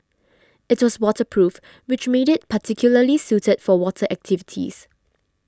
it was waterproof which made it particularly suited for water activities